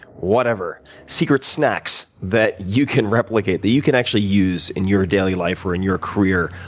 whatever, secret snacks that you can replicate that you can actually use in your daily life or in your career,